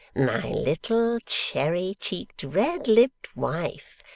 my little cherry-cheeked, red-lipped wife.